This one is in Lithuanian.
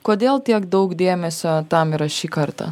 kodėl tiek daug dėmesio tam yra šį kartą